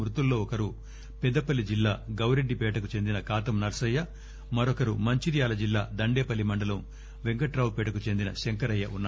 మృతుల్లో ఒకరు పెద్దపల్లి జిల్లా గౌరెడ్డి పేటకు చెందిన కాతం నరసయ్య మరోకరు మంచిర్యాల జిల్లా దండేపల్లి మండలం వెంకట్రావు పేటకు చెందిన శంకరయ్య ఉన్నారు